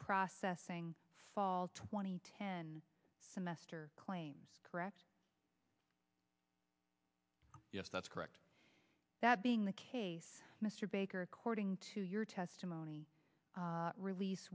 processing fall twenty ten semester claims correct yes that's correct that being the case mr baker according to your testimony release